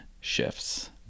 shifts